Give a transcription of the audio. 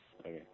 Okay